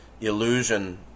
illusion